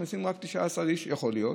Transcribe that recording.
מכניסים רק 19 איש, יכול להיות.